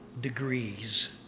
degrees